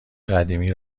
قدیمی